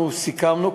אנחנו סיכמנו,